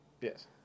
Yes